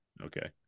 Okay